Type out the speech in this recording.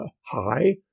hi